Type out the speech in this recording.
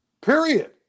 period